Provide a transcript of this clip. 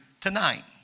tonight